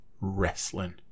wrestling